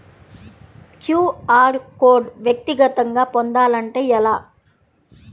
QR code వ్యక్తిగతంగా పొందాలంటే ఎలా?